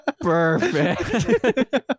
Perfect